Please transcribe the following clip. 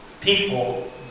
people